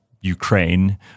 Ukraine